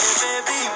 baby